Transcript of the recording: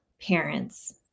parents